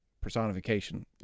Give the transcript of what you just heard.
personification